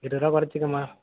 இருபது ருபா கொறைச்சிக்கம்மா